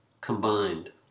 combined